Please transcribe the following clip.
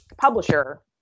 publisher